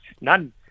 None